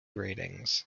ratings